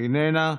איננה.